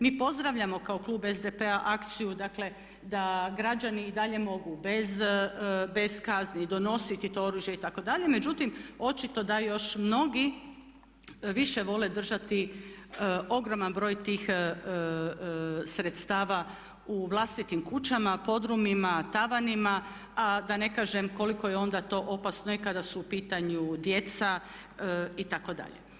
Mi pozdravljamo kao Klub SDP-a akciju dakle da građani i dalje mogu bez kazni donositi to oružje itd. međutim očito da još mnogi više vole držati ogroman broj tih sredstava u vlastitim kućama, podrumima, tavanima a da ne kažem koliko je to onda opasno, nekada su u pitanju djeca itd.